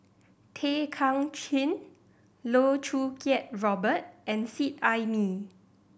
Tay Kay Chin Loh Choo Kiat Robert and Seet Ai Mee